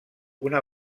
una